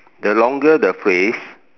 the longer the phrase